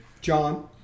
john